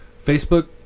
Facebook